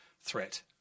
threat